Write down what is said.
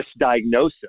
misdiagnosis